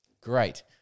Great